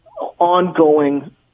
ongoing